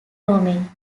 rome